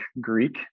Greek